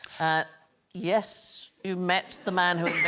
ah yes, you met the man who